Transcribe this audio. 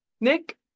Nick